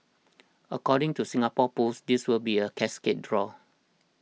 according to Singapore Pools this will be a cascade draw